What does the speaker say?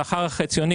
השכר החציוני,